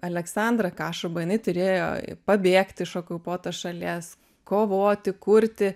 aleksandra kašuba jinai turėjo pabėgti iš okupuotos šalies kovoti kurti